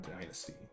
Dynasty